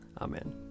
Amen